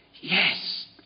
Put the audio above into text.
Yes